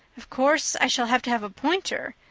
of course, i shall have to have a pointer,